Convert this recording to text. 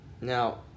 Now